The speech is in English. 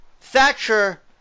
Thatcher